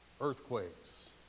earthquakes